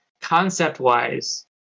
concept-wise